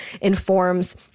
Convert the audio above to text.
informs